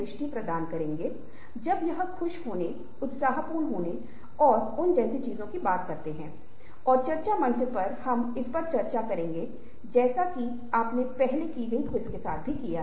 लेकिन विचार यह है कि जब आप ऐसा करते हैं आप अचानक महसूस करते हैं कि आप अपने हाथों का उपयोग कर रहे हैं तो आप अपने चेहरे के भावों का उपयोग कर रहे हैं और दूसरा व्यक्ति वास्तव में ऐसा नहीं कर पा रहा है